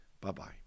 Bye-bye